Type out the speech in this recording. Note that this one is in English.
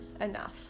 enough